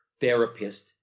therapist